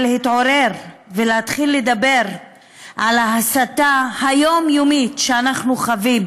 להתעורר ולהתחיל לדבר על ההסתה היומיומית שאנחנו חווים,